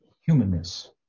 humanness